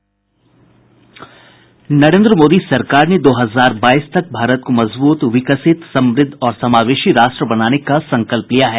नरेन्द्र मोदी सरकार ने दो हजार बाईस तक भारत को मजबूत विकसित समृद्ध और समावेशी राष्ट्र बनाने का संकल्प लिया है